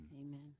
Amen